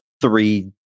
three